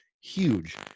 huge